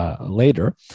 later